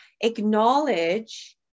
acknowledge